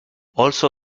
also